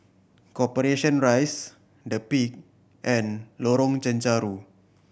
Corporation Rise The Peak and Lorong Chencharu